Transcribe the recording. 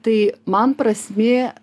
tai man prasmė